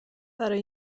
برای